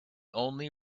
only